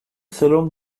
سرم